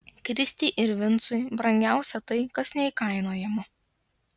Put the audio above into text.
kristei ir vincui brangiausia tai kas neįkainojama